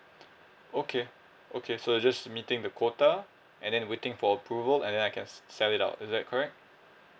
okay okay so I just meeting the quota and then waiting for approval and then I can s~ sell it out is that correct